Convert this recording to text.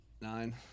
nine